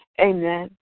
Amen